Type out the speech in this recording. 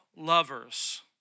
Lovers